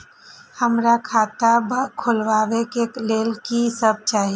हमरा खाता खोलावे के लेल की सब चाही?